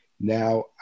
Now